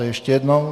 Ještě jednou.